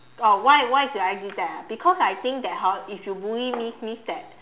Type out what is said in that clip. oh why why do I do that ah because I think that hor if you bully me means that